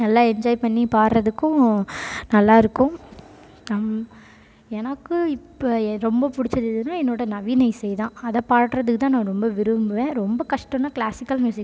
நல்லா என்ஜாய் பண்ணி பாடுறதுக்கும் நல்லா இருக்கும் நம் எனக்கு இப்போ எ ரொம்ப பிடிச்சது எதுனா என்னோடய நவீன இசை தான் அதைப் பாடுறதுக்குத்தான் நான் ரொம்ப விரும்புவேன் ரொம்ப கஷ்டன்னா க்ளாசிக்கல் மியூசிக்